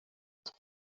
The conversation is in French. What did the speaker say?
trois